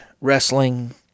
wrestling